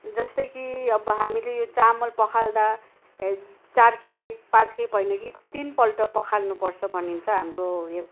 जस्तै कि अब हामीले यो चामल पखाल्दा चार खेप पाँच खेप होइन कि तिनपल्ट पखाल्नुपर्छ भनिन्छ हाम्रो